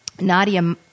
Nadia